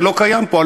שלא קיים פה.